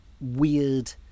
weird